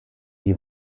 die